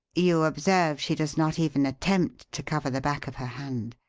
you observe she does not even attempt to cover the back of her hand.